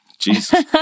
Jesus